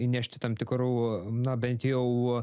įnešti tam tikrų na bent jau